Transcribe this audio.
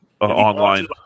online